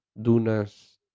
Dunas